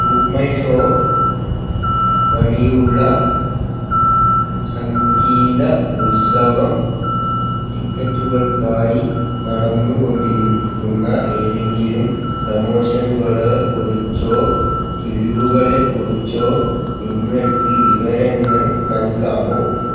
BookMyShow വഴിയുള്ള സംഗീത ഉത്സവം ടിക്കറ്റുകൾക്കായി നടന്നുകൊണ്ടിരിക്കുന്ന ഏതെങ്കിലും പ്രമോഷനുകളെക്കുറിച്ചോ കിഴിവുകളെക്കുറിച്ചോ നിങ്ങൾക്ക് വിവരങ്ങൾ നൽകാമോ